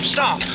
Stop